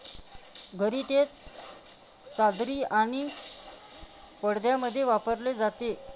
घरी ते चादरी आणि पडद्यांमध्ये वापरले जाते